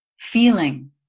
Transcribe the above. feeling